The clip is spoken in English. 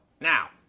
Now